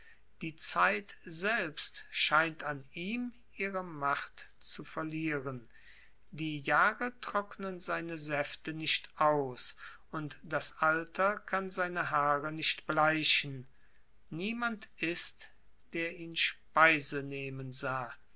die zeit selbst scheint an ihm ihre macht zu verlieren die jahre trocknen seine säfte nicht aus und das alter kann seine haare nicht bleichen niemand ist der ihn speise nehmen sah